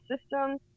system